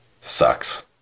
sucks